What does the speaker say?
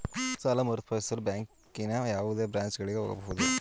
ಸಾಲ ಮರುಪಾವತಿಸಲು ಬ್ಯಾಂಕಿನ ಯಾವುದೇ ಬ್ರಾಂಚ್ ಗಳಿಗೆ ಹೋಗಬಹುದೇ?